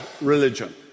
religion